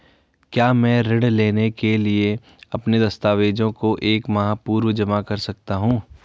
क्या मैं ऋण लेने के लिए अपने दस्तावेज़ों को एक माह पूर्व जमा कर सकता हूँ?